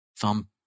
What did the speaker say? thumb